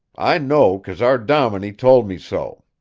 i know, because our dominie told me so.